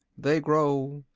they grow.